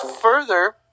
further